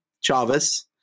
Chavez